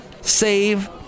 save